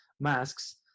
masks